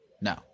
No